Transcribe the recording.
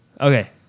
Okay